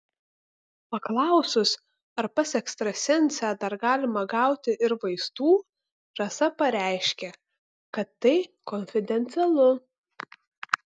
paklausus ar pas ekstrasensę dar galima gauti ir vaistų rasa pareiškė kad tai konfidencialu